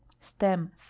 stem